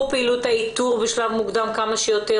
פעילות האיתור בשלב מוקדם ככל שיותר,